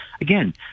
again